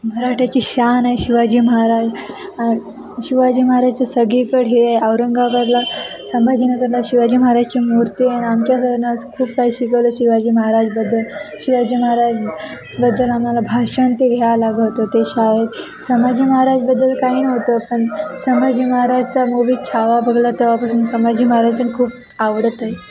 मराठ्याची शान आहे शिवाजी महाराज शिवाजी महाराजचं सगळीकडं हे आहे औरंगाबादला संभाजीनगला शिवाजी महाराजची मूर्ती आहे आणि आमच्या करणं खूप काय शिकवलं शिवाजी महाराजबद्दल शिवाजी महाराजबद्दल आम्हाला भाषण ते घ्याय लागत होते शाळेत संभाजी महाराजबद्दल काही नव्हतं पण संभाजी महाराजचा मूवी छावा बघला तेव्हापासून संभाजी महाराज पण खूप आवडत आहे